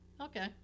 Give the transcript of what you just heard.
Okay